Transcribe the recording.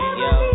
yo